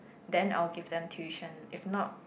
then I will give them tuition if not